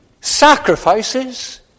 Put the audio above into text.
sacrifices